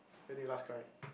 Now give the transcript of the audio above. when did you last cry